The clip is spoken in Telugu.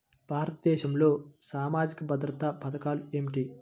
భారతదేశంలో సామాజిక భద్రతా పథకాలు ఏమిటీ?